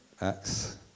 Acts